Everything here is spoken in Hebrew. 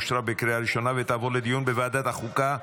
אושרה בקריאה הראשונה ותעבור לדיון בוועדת החוקה,